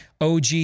OG